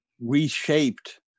reshaped